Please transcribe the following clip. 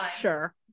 sure